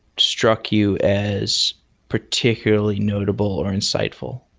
struck you as particularly notable, or insightful,